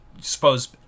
suppose